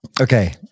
Okay